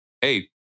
hey